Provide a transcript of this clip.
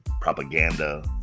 propaganda